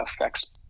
affects